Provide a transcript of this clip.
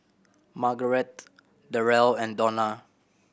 Margarete Derrell and Donna